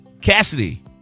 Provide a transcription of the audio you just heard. Cassidy